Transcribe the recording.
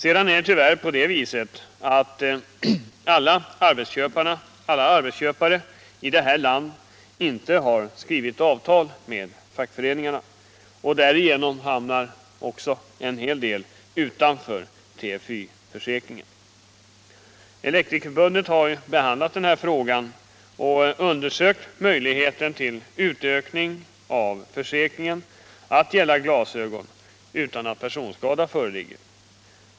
Sedan är det tyvärr så, att alla arbetsköpare i det här landet inte har skrivit avtal med fackföreningarna. Därigenom hamnar också en hel del utanför TFY försäkringen. Elektrikerförbundet har behandlat frågan och undersökt möjligheten till utökning av försäkringen till att gälla glasögon, även när personskada inte föreligger.